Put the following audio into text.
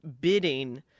bidding